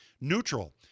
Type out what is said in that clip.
neutral